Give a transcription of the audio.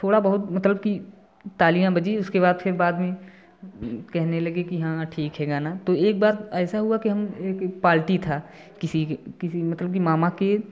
थोड़ा बहुत मतलब कि तालियाँ बजी फिर उसके बाद में कहने लगे कि हाँ ठीक है गाना एक बार ऐसा हुआ कि पार्टी था किसी किसी मतलब मामा के